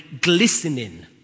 glistening